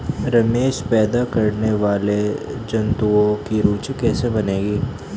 रेशम पैदा करने वाले जंतुओं की सूची कैसे बनेगी?